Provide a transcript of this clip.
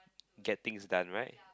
get things done right